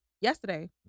yesterday